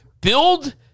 Build